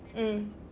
mm